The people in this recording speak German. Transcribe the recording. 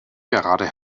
gerade